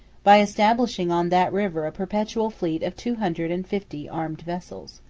by establishing on that river a perpetual fleet of two hundred and fifty armed vessels.